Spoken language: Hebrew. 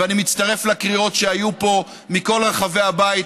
ואני מצטרף לקריאות שהיו פה מכל רחבי הבית: